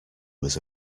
was